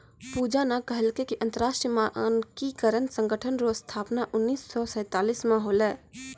पूजा न कहलकै कि अन्तर्राष्ट्रीय मानकीकरण संगठन रो स्थापना उन्नीस सौ सैंतालीस म होलै